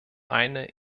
eine